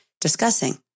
discussing